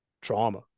trauma